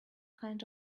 kind